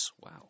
Wow